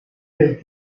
del